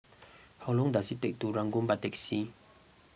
how long does it take to Ranggung by taxi